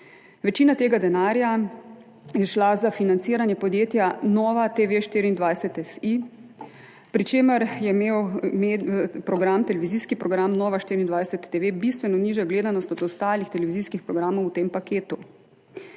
Večina tega denarja je šla za financiranje podjetja NovaTV24.si, pri čemer je imel televizijski program Nova24TV bistveno nižjo gledanost od ostalih televizijskih programov v tem paketu.